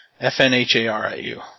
F-N-H-A-R-I-U